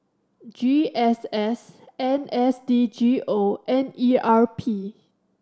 G S S N S D G O and E R P